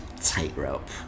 tightrope